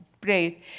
Praise